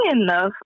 enough